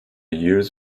years